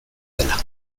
dela